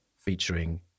featuring